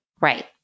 Right